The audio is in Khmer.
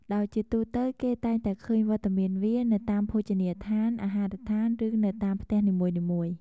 ដោយជាទូទៅគេតែងតែឃើញវត្តមានវានៅតាមភោជនីយដ្ឋាន អាហារដ្ឋាន ឬនៅតាមផ្ទះនីមួយៗ។